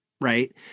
right